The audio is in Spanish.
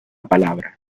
palabra